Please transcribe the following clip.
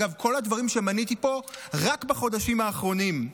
אגב, כל הדברים שמניתי פה רק בחודשים האחרונים.